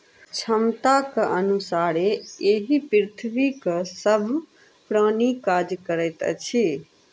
क्षमताक अनुसारे एहि पृथ्वीक सभ प्राणी काज करैत अछि